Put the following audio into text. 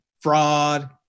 fraud